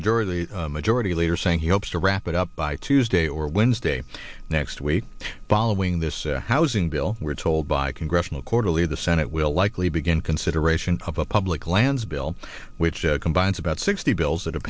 majority majority leader saying he hopes to wrap it up by tuesday or wednesday next week following this housing bill we're told by congressional quarterly the senate will likely begin consideration of a public lands bill which combines about sixty bills that have